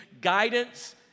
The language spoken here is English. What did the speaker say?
Guidance